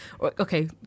okay